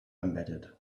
embedded